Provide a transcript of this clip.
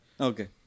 Okay